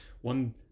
One